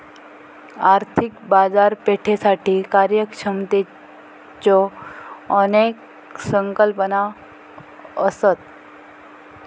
आर्थिक बाजारपेठेसाठी कार्यक्षमतेच्यो अनेक संकल्पना असत